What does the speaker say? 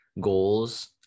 goals